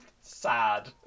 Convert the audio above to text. Sad